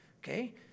okay